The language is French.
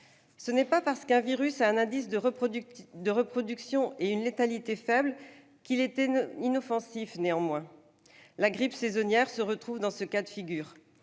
Ce n'est pas parce qu'un virus a un indice de reproduction et une létalité faibles qu'il est inoffensif. La grippe saisonnière est dans ce cas de figure